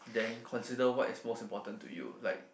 then consider what is most important to you like